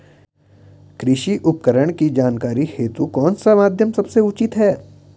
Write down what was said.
कृषि उपकरण की जानकारी हेतु कौन सा माध्यम सबसे उचित है?